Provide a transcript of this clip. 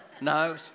No